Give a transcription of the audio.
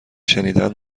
شنیدن